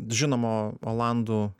žinomo olandų